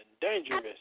dangerous